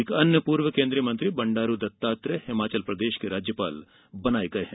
एक अन्य पूर्व केन्द्रीय मंत्री बंडारू दत्तात्रेय हिमाचल प्रदेश के राज्यपाल बनाये गये हैं